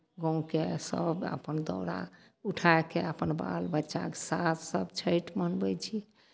गाँवके सभ अपना दौरा उठाय कऽ अपन बाल बच्चाके साथ सभ छठि मनबै छी